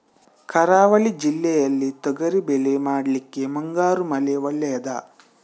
ಕರಾವಳಿ ಜಿಲ್ಲೆಯಲ್ಲಿ ತೊಗರಿಬೇಳೆ ಮಾಡ್ಲಿಕ್ಕೆ ಮುಂಗಾರು ಮಳೆ ಒಳ್ಳೆಯದ?